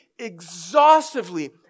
Exhaustively